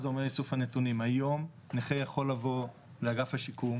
היום נכה יכול לבוא לאגף השיקום,